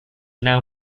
now